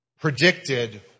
predicted